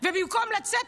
ובמקום לצאת